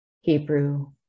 Hebrew